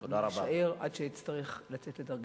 אני אשאר עד שאצטרך לצאת לדרכי.